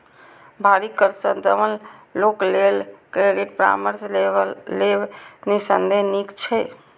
भारी कर्ज सं दबल लोक लेल क्रेडिट परामर्श लेब निस्संदेह नीक छै